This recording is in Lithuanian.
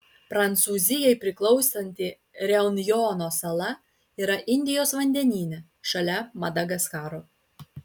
prancūzijai priklausanti reunjono sala yra indijos vandenyje šalia madagaskaro